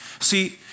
See